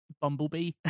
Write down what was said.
Bumblebee